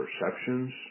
perceptions